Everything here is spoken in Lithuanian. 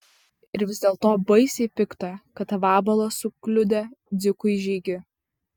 ir vis dėlto baisiai pikta kad vabalas sukliudė dzikui žygį